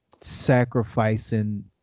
sacrificing